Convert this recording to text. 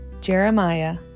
Jeremiah